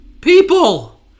People